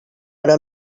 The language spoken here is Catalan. hora